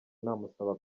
namusaba